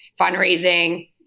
fundraising